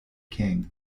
king